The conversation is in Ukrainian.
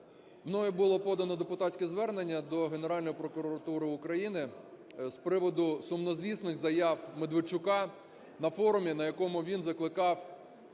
мною було подано депутатське звернення до Генеральної прокуратури України з приводу сумнозвісних заяв Медведчука на форумі, на якому він закликав